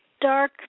Dark